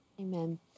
Amen